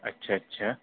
اچھا اچھا